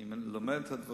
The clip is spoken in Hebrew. אני לומד את הדברים.